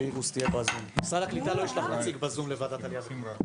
(הישיבה נפסקה בשעה 13:21 ונתחדשה בשעה 13:23.)